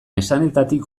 esanetatik